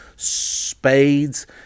Spades